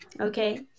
Okay